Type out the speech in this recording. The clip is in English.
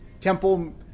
temple